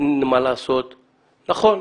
נכון,